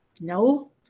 no